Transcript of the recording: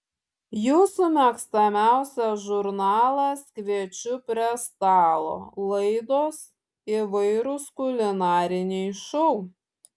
jūsų mėgstamiausias žurnalas kviečiu prie stalo laidos įvairūs kulinariniai šou